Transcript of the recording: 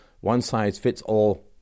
one-size-fits-all